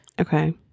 Okay